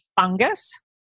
fungus